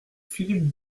philippe